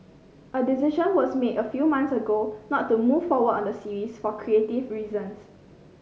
a decision was made a few months ago not to move forward on the series for creative reasons